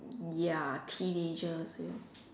ya teenagers you know